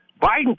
Biden